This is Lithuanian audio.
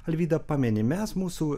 alvyda pameni mes mūsų